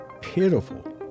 pitiful